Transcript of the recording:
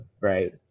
Right